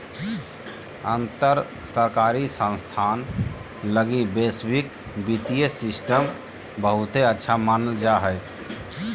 अंतर सरकारी संस्थान लगी वैश्विक वित्तीय सिस्टम बहुते अच्छा मानल जा हय